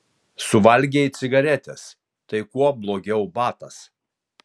suvalgei cigaretes tai kuo blogiau batas